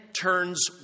turns